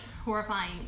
Horrifying